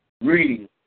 reading